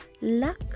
luck